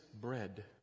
bread